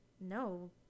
no